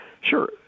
Sure